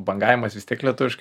bangavimas vis tiek lietuviškai